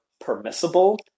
permissible